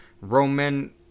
Roman